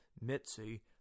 Mitzi